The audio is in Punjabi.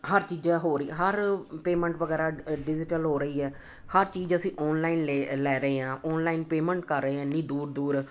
ਹਰ ਚੀਜ਼ਾਂ ਹੋ ਰਹੀਆਂ ਹਰ ਪੇਮੈਂਟ ਵਗੈਰਾ ਅਡਿਜ਼ੀਟਲ ਹੋ ਰਹੀ ਹੈ ਹਰ ਚੀਜ਼ ਅਸੀਂ ਔਨਲਾਈਨ ਲੇ ਲੈ ਰਹੇ ਹਾਂ ਔਨਲਾਈਨ ਪੇਮੈਂਟ ਕਰ ਰਹੇ ਹਾਂ ਇੰਨੀ ਦੂਰ ਦੂਰ